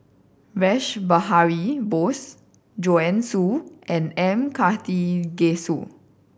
Rash Behari Bose Joanne Soo and M Karthigesu